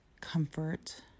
comfort